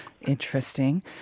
Interesting